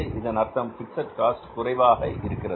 இதன் அர்த்தம் fixed cost குறைவாக இருக்கிறது